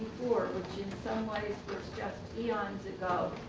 in some ways it's just eons ago.